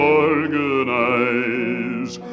organize